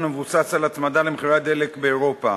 המבוסס על הצמדה למחירי הדלק באירופה.